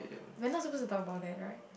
we are not supposed to talk about that right